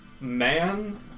man